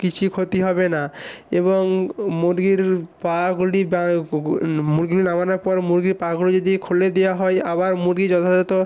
কিছুই ক্ষতি হবে না এবং মুরগির পাগুলি বা মুরগি নামানোর পর মুরগির পাগুলি যদি খুলে দেয়া হয় আবার মুরগি যথাযথ